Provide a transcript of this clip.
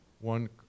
one